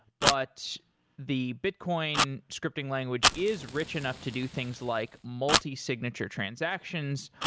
but the bitcoin scripting language is rich enough to do things like multi-signature transactions.